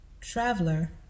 Traveler